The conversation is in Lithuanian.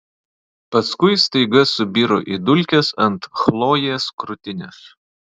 paskui staiga subiro į dulkes ant chlojės krūtinės